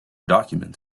document